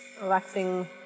Relaxing